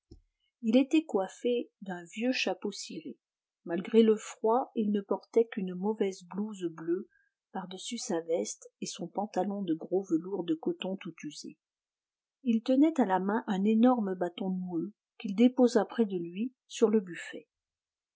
il était coiffé d'un vieux chapeau ciré malgré le froid il ne portait qu'une mauvaise blouse bleue par-dessus sa veste et son pantalon de gros velours de coton tout usé il tenait à la main un énorme bâton noueux qu'il déposa près de lui sur le buffet